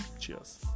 Cheers